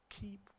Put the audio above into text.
Keep